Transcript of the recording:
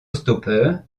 stoppeur